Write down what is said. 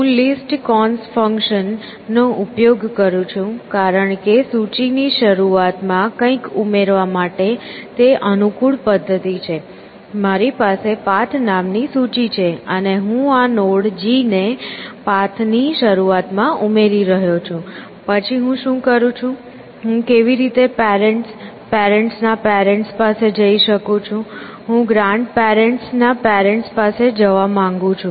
હું list cons function નો ઉપયોગ કરું છું કારણ કે સૂચિની શરૂઆતમાં કંઇક ઉમેરવા માટેની તે અનુકૂળ પદ્ધતિ છે મારી પાસે પાથ નામની સૂચિ છે અને હું આ નોડ G ને પાથની શરૂઆતમાં ઉમેરી રહ્યો છું પછી હું શું કરું છું હું કેવી રીતે પેરેન્ટ્સ પેરેન્ટ્સ ના પેરેન્ટ્સ પાસે જઇ શકું છું હું ગ્રાન્ડ પેરેન્ટ્સ ના પેરેન્ટ્સ પાસે જવા માંગુ છું